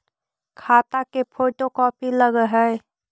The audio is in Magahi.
खाता के फोटो कोपी लगहै?